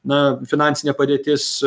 na finansinė padėtis